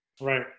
right